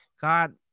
God